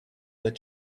their